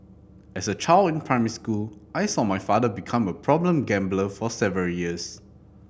as a child in primary school I saw my father become a problem gambler for several years